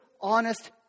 honest